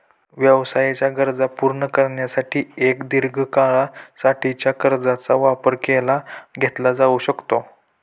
व्यवसायाच्या गरजा पूर्ण करण्यासाठी एक दीर्घ काळा साठीच्या कर्जाचा वापर केला घेतला जाऊ शकतो